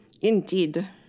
Indeed